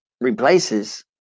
replaces